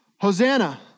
Hosanna